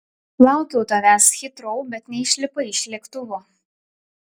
laukiau tavęs hitrou bet neišlipai iš lėktuvo